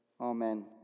Amen